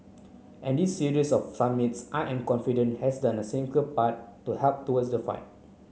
and this series of summits I am confident has done a significant part to help towards the fight